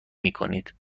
میکنید